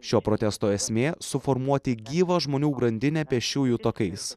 šio protesto esmė suformuoti gyvą žmonių grandinę pėsčiųjų takais